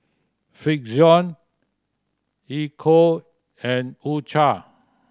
Frixion Ecco and U Cha